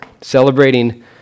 Celebrating